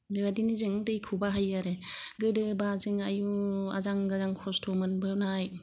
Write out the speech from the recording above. बेबादिनो जों दैखौ बाहायो आरो गोदो बा जोङो आयु आजां गाजां खस्त' मोनबोनाय